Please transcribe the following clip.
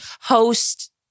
host